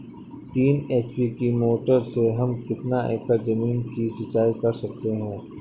तीन एच.पी की मोटर से हम कितनी एकड़ ज़मीन की सिंचाई कर सकते हैं?